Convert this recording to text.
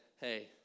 hey